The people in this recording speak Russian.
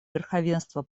верховенства